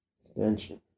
Extension